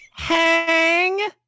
HANG